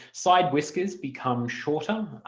side whiskers become shorter